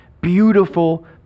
beautiful